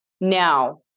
Now